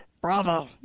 Bravo